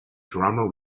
drama